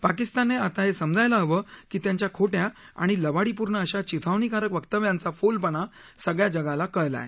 पाकिस्तानने आता हे समाजायला हवे की त्यांच्या खोट्या आणि लबाडीपूर्ण अशा चिथावणीकारक वक्तव्यांच्या फोलपणा सगळ्या जगाला कळलाय